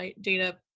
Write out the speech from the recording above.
data